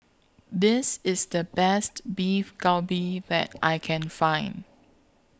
This IS The Best Beef Galbi that I Can Find